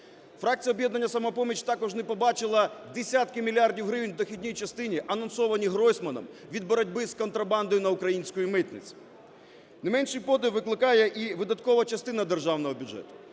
Фракція "Об'єднання "Самопоміч" також не побачила десятки мільярдів гривень в дохідній частині авансовані Гройсманом від боротьби з контрабандою на українській митниці. Неменший подив викликає і видаткова частина державного бюджету.